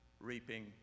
reaping